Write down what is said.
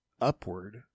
upward